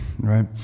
right